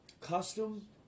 custom